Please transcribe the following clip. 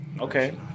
Okay